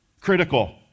critical